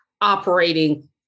operating